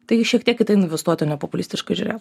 tai šiek tiek kita investuota nepopulistiškai žiūrėt